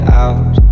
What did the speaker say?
out